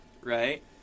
Right